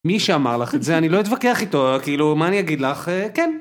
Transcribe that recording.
מי שאמר לך את זה, אני לא אתווכח איתו, כאילו, מה אני אגיד לך? אה, כן.